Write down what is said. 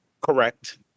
correct